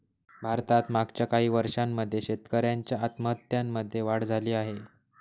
भारतात मागच्या काही वर्षांमध्ये शेतकऱ्यांच्या आत्महत्यांमध्ये वाढ झाली आहे